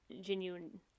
genuine